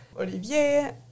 Olivier